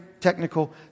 technical